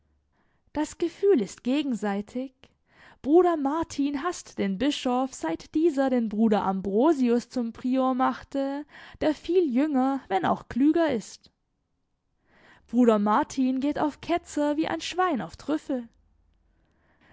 das gefühl ist gegenseitig bruder martin haßt den bischof seit dieser den bruder ambrosius zum prior machte der viel jünger wenn auch klüger ist bruder martin geht auf ketzer wie ein schwein auf trüffeln